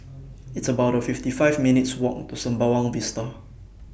It's about fifty five minutes' Walk to Sembawang Vista